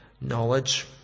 knowledge